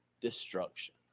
destruction